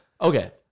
okay